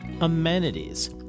amenities